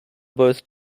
both